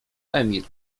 emil